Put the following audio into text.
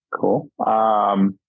cool